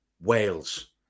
Wales